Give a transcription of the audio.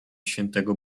świętego